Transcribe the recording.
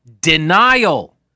denial